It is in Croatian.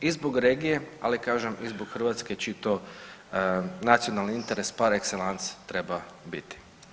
I zbog regije, ali kažem i zbog Hrvatske čiji je to nacionalni interes par exellence treba biti.